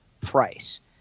price